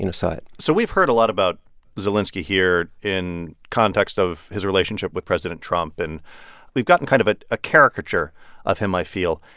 you know saw it so we've heard a lot about zelenskiy here in context of his relationship with president trump, and we've gotten kind of ah a caricature of him, i feel.